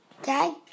Okay